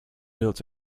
built